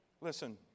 Listen